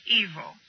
evil